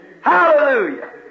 Hallelujah